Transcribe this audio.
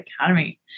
Academy